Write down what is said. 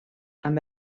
amb